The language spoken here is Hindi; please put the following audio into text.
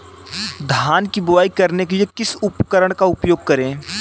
धान की बुवाई करने के लिए किस उपकरण का उपयोग करें?